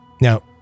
now